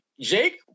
Jake